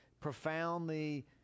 profoundly